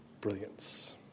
brilliance